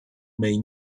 may